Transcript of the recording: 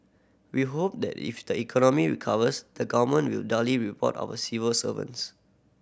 we hope that if the economy recovers the Government will duly reward our civil servants